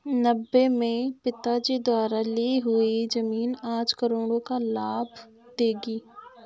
नब्बे में पिताजी द्वारा ली हुई जमीन आज करोड़ों का लाभ देगी